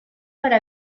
para